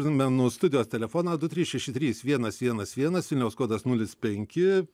primenu studijos telefoną du trys šeši trys vienas vienas vienas vilniaus kodas nulis penki